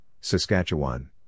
Saskatchewan